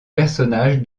personnage